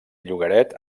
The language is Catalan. llogaret